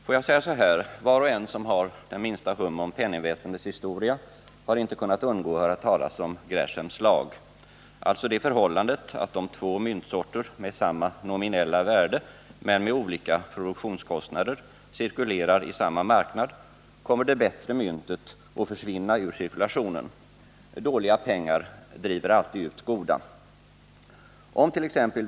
Får jag säga så här: Var och en som har den minsta hum om penningväsendets historia har inte kunnat undgå att höra talas om Greshams lag, alltså det förhållandet att om två myntsorter med samma nominella värde men med olika produktionskostnader cirkulerar i samma marknad, så kommer det bättre myntet att försvinna ur cirkulationen: ”Dåliga pengar driver alltid ut goda.” Omt.ex.